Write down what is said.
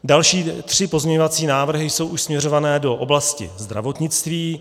Další tři pozměňovací návrhy jsou už směřované do oblasti zdravotnictví.